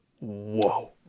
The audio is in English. Whoa